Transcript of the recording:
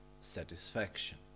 satisfaction